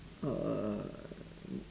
uh